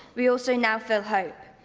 we also now feel hope.